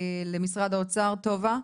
למשרד האוצר, טובה ווסר.